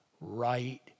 right